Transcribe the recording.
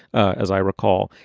as i recall.